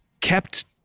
kept